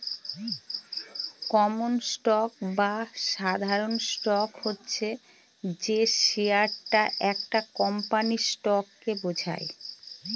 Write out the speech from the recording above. common stock বা সাধারণ stock হচ্ছে যে শেয়ারটা একটা কোম্পানির স্টককে বোঝায়